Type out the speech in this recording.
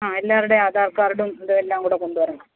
ആ എല്ലാവരുടേയും ആധാർ കാർഡും ഇതും എല്ലാംകൂടി കൊണ്ടുവരണം